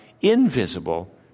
invisible